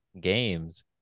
games